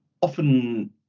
Often